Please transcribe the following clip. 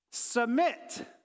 Submit